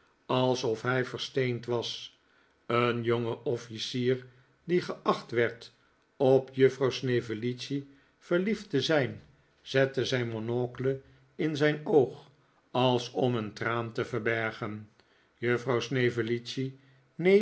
alsof hij versteend was een jonge off icier die geacht werd op juffrouw snevellicci verliefd te zijn zette zijn monocle in zijn oog als om een traan te verbergen juffrouw